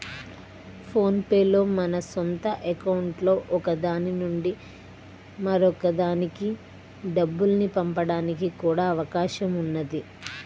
phone pay లో మన సొంత అకౌంట్లలో ఒక దాని నుంచి మరొక దానికి డబ్బుల్ని పంపడానికి కూడా అవకాశం ఉన్నది